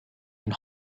been